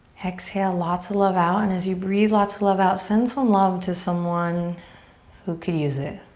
exhale lots of love out and as you breathe lots of love out send some love to someone who could use it.